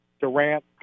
Durant